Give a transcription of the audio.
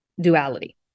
duality